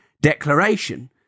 declaration